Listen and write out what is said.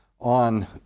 on